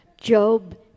Job